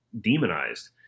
demonized